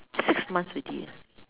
six months already eh